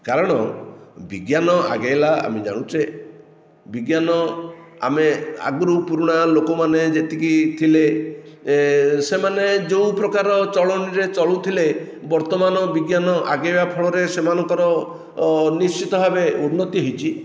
କାରଣ ବିଜ୍ଞାନ ଆଗାଇଲା ଆମେ ଜାଣୁଛେ ବିଜ୍ଞାନ ଆମେ ଆଗରୁ ପୁରୁଣା ଲୋକମାନେ ଯେତିକି ଥିଲେ ସେମାନେ ଯେଉଁ ପ୍ରକାର ଚଳଣିରେ ଚଳୁଥିଲେ ବର୍ତ୍ତମାନ ବିଜ୍ଞାନ ଆଗାଇବା ଫଳରେ ସେମାନଙ୍କର ନିଶ୍ଚିତ ଭାବେ ଉନ୍ନତି ହେଇଛି